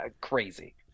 crazy